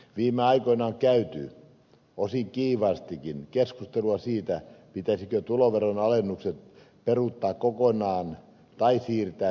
viime aikoina on käyty osin kiivaastikin keskustelua siitä pitäisikö tuloveronalennukset peruuttaa kokonaan tai siirtää myöhäisempään ajankohtaan